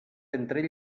entre